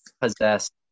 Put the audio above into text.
possessed